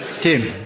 Tim